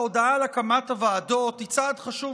ההודעה על הקמת הוועדות היא צעד חשוב